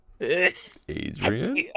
Adrian